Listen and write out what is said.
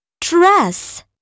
dress